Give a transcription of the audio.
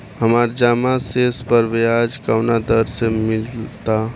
हमार जमा शेष पर ब्याज कवना दर से मिल ता?